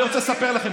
אני רוצה לספר לכם,